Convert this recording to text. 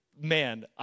man